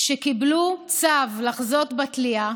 שקיבלו צו לחזות בתלייה.